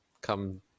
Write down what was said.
come